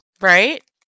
Right